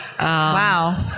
Wow